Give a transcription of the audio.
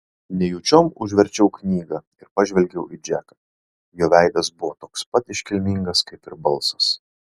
nejučiom užverčiau knygą ir pažvelgiau į džeką jo veidas buvo toks pat iškilmingas kaip ir balsas